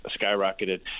skyrocketed